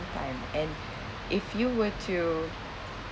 time and if you were to